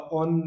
on